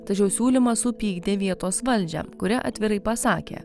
tačiau siūlymas supykdė vietos valdžią kuri atvirai pasakė